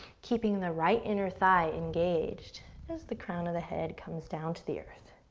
keeping the right inner thigh engaged as the crown of the head comes down to the earth.